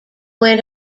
went